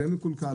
זה מקולקל,